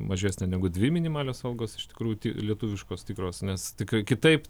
mažesnė negu dvi minimalios algos iš tikrųjų lietuviškos tikros nes tikrai kitaip